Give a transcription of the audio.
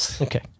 Okay